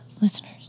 listeners